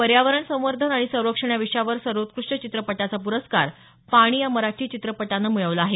पर्यावरण संवर्धन आणि संरक्षण या विषयावर सर्वोत्कृष्ट चित्रपटाचा प्रस्कार पाणी या मराठी चित्रपटानं मिळवला आहे